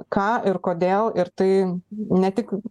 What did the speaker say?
ką ir kodėl ir tai ne tik